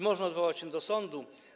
Można odwołać się do sądu.